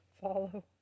Follow